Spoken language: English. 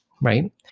right